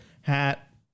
hat